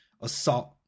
assault